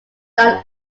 done